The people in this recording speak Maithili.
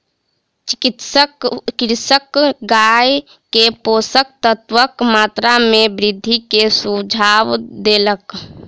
चिकित्सक कृषकक गाय के पोषक तत्वक मात्रा में वृद्धि के सुझाव देलक